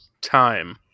time